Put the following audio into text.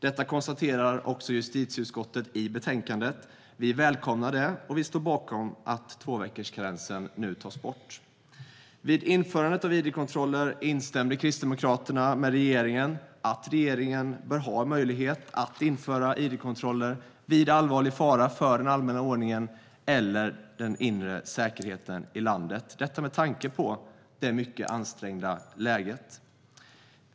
Detta konstaterar också justitieutskottet i betänkandet. Vi välkomnar det, och vi står bakom att tvåveckorskarensen nu tas bort. Vid införandet av id-kontroller instämde Kristdemokraterna med regeringen i att regeringen bör ha möjlighet att införa id-kontroller vid allvarlig fara för den allmänna ordningen eller den inre säkerheten i landet - detta med tanke på det mycket ansträngda läget.